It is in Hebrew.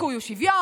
הדיכוי הוא שוויון,